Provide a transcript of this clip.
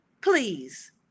Please